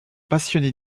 passionné